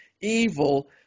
evil